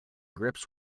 grips